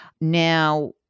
Now